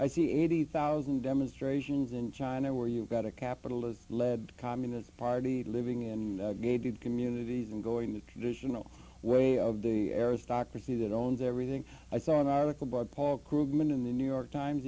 i see eighty thousand demonstrations in china where you've got a capitalist led communist party living in gated communities and going to conditional way of the aristocracy that owns everything i saw an article by paul krugman in the new york times